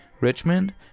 Richmond